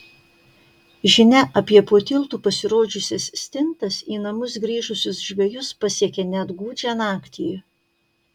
žinia apie po tiltu pasirodžiusias stintas į namus grįžusius žvejus pasiekia net gūdžią naktį